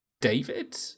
David